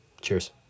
cheers